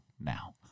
now